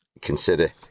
consider